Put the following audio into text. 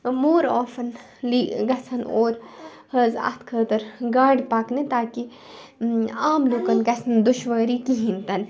مور آفٕن لی گژھَن اوٗر حظ اَتھ خٲطرٕ گاڑٕ پَکنہِ تاکہِ عام لوٗکَن گژھنہٕ دُشوٲری کِہیٖنۍ تِنہِ